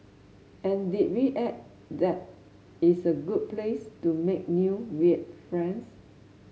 and did we add that it's a good place to make new weird friends